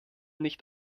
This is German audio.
nicht